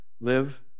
live